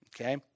Okay